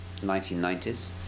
1990s